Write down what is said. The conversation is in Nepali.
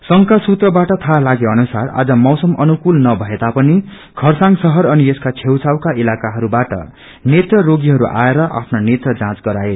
संघका सूत्रबाट थहा लागे अनुसार आज मौसम अनुकूल न भएता पनि खरसाङ शहर अनि यसका छेड छाउका इलाकाहस्वाठ नेत्र रोगीहरू आएर आफ्ना नेत्र जाँच गराए